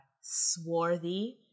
swarthy